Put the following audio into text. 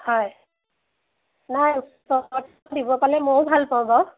হয় নাই ওচৰতে দিব পালে ময়ো ভাল পাওঁ বাৰু